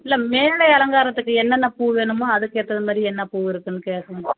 இல்லை மேடை அலங்காரத்துக்கு என்னென்ன பூ வேணுமோ அதுக்கு ஏற்றது மாரி என்ன பூ இருக்குன்னு கேட்கறேங்க